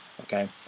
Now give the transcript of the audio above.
okay